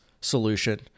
solution